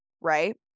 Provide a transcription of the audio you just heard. right